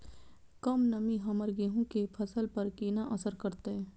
कम नमी हमर गेहूँ के फसल पर केना असर करतय?